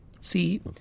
See